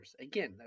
Again